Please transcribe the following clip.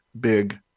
big